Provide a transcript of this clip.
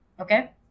okay